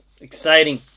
exciting